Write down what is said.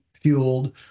fueled